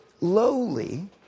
lowly